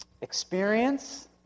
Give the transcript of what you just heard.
Experience